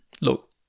look